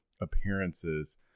appearances